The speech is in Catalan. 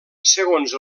segons